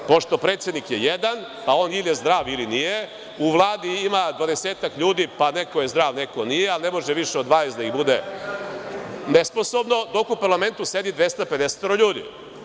Pošto je predsednik jedan, pa on ili je zdrav ili nije, u Vladi ima 20-ak ljudi, pa neko je zdrav, neko nije, ali ne može više od 20 da ih bude nesposobno, dok u parlamentu sedi 250 ljudi.